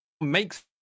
makes